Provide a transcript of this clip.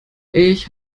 ich